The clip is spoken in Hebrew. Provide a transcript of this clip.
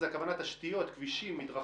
בפיתוח הכוונה היא לתשתיות, לכבישים, למדרכות.